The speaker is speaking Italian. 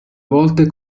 volte